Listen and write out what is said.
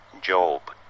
Job